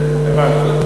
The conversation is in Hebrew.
הבנתי.